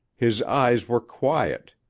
his eyes were quiet,